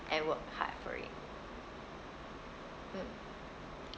and work hard for it mm